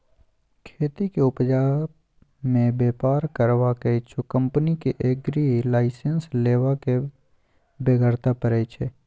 खेतीक उपजा मे बेपार करबाक इच्छुक कंपनी केँ एग्री लाइसेंस लेबाक बेगरता परय छै